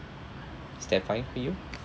is that fine for you